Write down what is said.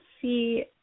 see